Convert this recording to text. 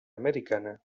americana